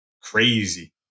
crazy